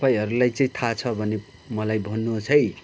तपाईँहरूलाई चाहिँ थाहा छ भने मलाई भन्नुहोस् है